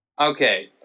Okay